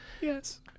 Yes